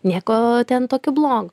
nieko ten tokio blogo